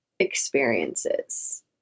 experiences